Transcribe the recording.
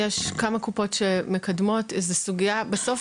רקע על המחלה,